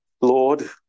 Lord